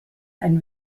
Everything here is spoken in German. ein